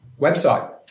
website